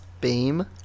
beam